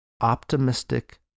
optimistic